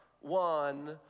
one